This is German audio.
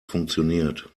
funktioniert